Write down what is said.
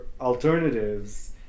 alternatives